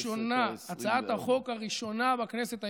הראשונה, הצעת החוק הראשונה בכנסת העשרים.